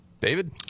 David